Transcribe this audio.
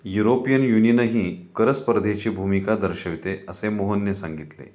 European युनियनही कर स्पर्धेची भूमिका दर्शविते, असे मोहनने सांगितले